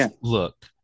look